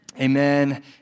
Amen